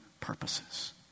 purposes